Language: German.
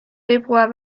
februar